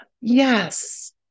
Yes